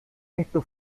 esto